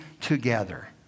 together